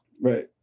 Right